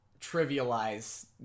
trivialize